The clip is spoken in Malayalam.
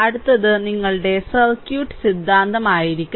അടുത്തത് നിങ്ങളുടെ സർക്യൂട്ട് സിദ്ധാന്തമായിരിക്കും